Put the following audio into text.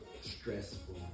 stressful